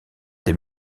des